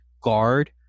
guard